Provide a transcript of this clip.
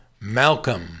Malcolm